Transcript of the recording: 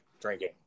drinking